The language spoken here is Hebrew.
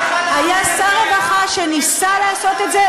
היה שר רווחה שניסה לעשות זה,